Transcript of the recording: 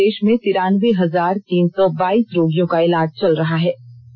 इस समय देश में तिरानबे हजार तीन सौ बाइस रोगियों का इलाज चल रहा है